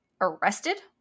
arrested